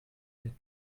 der